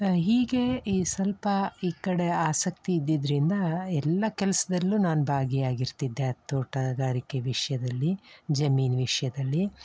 ಹೀಗೆ ಈ ಸ್ವಲ್ಪ ಈ ಕಡೆ ಆಸಕ್ತಿ ಇದ್ದಿದ್ದರಿಂದ ಎಲ್ಲ ಕೆಲ್ಸದಲ್ಲೂ ನಾನು ಭಾಗಿಯಾಗಿರ್ತಿದ್ದೆ ಆ ತೋಟಗಾರಿಕೆ ವಿಷಯದಲ್ಲಿ ಜಮೀನು ವಿಷಯದಲ್ಲಿ